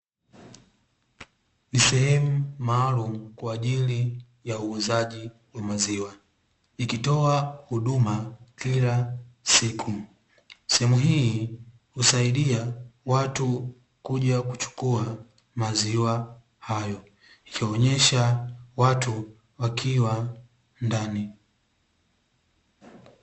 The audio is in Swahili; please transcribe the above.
Sehemu maalumu kwa ajili ya uuzaji wa maziwa ikitoa huduma kila siku. Sehemu hii husaidia watu kuja kuchagua maziwa hayo ikionesha watu wakiwa ndani.